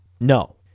No